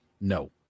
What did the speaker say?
No